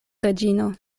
reĝino